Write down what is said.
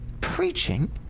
preaching